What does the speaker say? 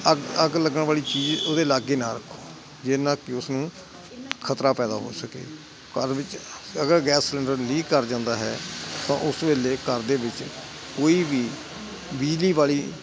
ਅੱਗ ਅੱਗ ਲੱਗਣ ਵਾਲੀ ਚੀਜ਼ ਉਹਦੇ ਲਾਗੇ ਨਾ ਰੱਖੋ ਜਿਹਦੇ ਨਾਲ ਕਿ ਉਸਨੂੰ ਖ਼ਤਰਾ ਪੈਦਾ ਹੋ ਸਕੇ ਘਰ ਵਿੱਚ ਅਗਰ ਗੈਸ ਸਲੰਡਰ ਲੀਕ ਕਰ ਜਾਂਦਾ ਹੈ ਤਾਂ ਉਸ ਵੇਲੇ ਘਰ ਦੇ ਵਿੱਚ ਕੋਈ ਵੀ ਬਿਜਲੀ ਵਾਲੀ